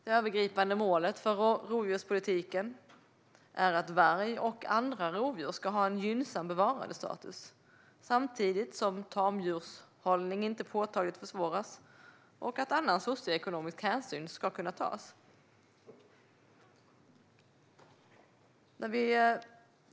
Det övergripande målet för rovdjurspolitiken är att varg och andra rovdjur ska ha en gynnsam bevarandestatus samtidigt som tamdjurshållning inte påtagligt försvåras och annan socioekonomisk hänsyn kan tas.